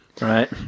Right